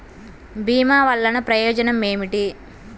భీమ వల్లన ప్రయోజనం ఏమిటి?